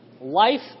life